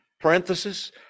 Parenthesis